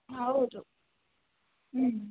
ಹೌದು ಹ್ಞೂ